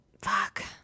Fuck